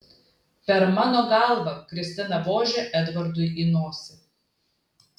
per mano galvą kristina vožia edvardui į nosį